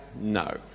no